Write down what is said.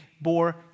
bore